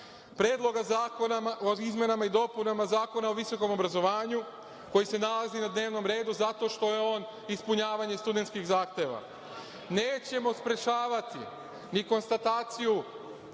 zakona o izmenama i dopunama Zakona o visokom obrazovanju, koji se nalazi na dnevnom redu zato što je on ispunjavanje studentskih zahteva. Nećemo sprečavati ni konstataciju